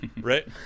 Right